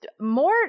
more